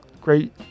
great